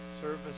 service